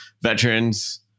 veterans